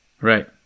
Right